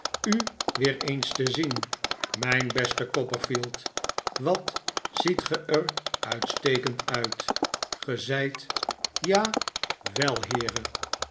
u weer eens te zien mijn beste copperfield wat ziet ge er uitstekend uit ge zijt ja wel heere